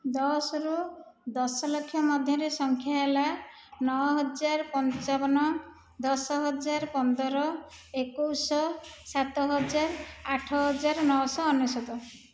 ଦଶରୁ ଦଶ ଲକ୍ଷ ମଧ୍ୟରେ ସଂଖ୍ୟା ହେଲା ନଅ ହଜାର ପଞ୍ଚାବନ ଦଶ ହଜାର ପନ୍ଦର ଏକୋଇଶି ଶହ ସାତ ହଜାର ଆଠ ହଜାର ନଅଶହ ଅନେଶତ